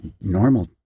normal